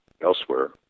elsewhere